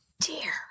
dear